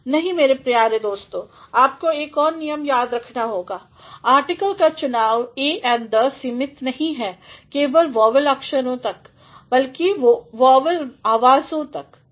नहीं मेरे प्रिय दोस्तों आपको एक और नियम याद रखना होगा आर्टिकल का चुनाव अ ऐन द सीमित नहीं है केवल वोवल अक्षरों तक बल्कि वोवल आवाज़ों तक